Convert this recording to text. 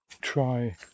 try